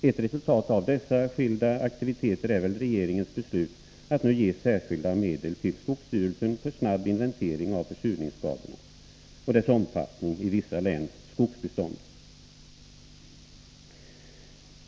Ett resultat av dessa skilda aktiviteter är väl regeringens beslut att nu ge särskilda medel till skogsstyrelsen för snabb inventering av försurningsskadorna och deras omfattning i vissa läns skogsbestånd.